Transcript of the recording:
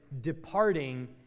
departing